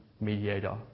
mediator